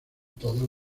todas